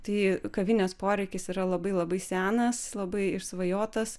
tai kavinės poreikis yra labai labai senas labai išsvajotas